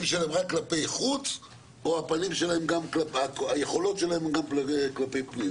שלהם היא רק כלפי חוץ או שהיכולות שלהם גם כלפי פנים?